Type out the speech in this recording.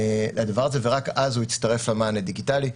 ורק אז הוא יצטרף למען הדיגיטלי.